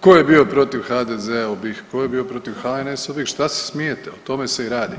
tko je bio protiv HDZ-a u BiH, tko je bio protiv HNS-ovih, šta se smijete, o tome se i radi.